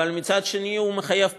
אבל מצד שני הוא מחייב פתרון.